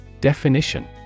Definition